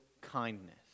kindness